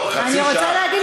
היא רוצה 50. תוסיף.